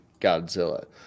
Godzilla